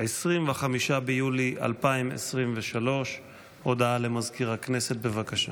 25 ביולי 2023. הודעה למזכיר הכנסת, בבקשה.